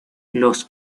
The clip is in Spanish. los